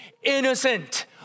Innocent